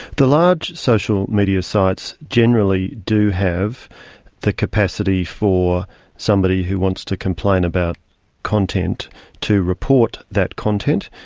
the large social media sites generally do have the capacity for somebody who wants to complain about content to report that content,